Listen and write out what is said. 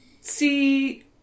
See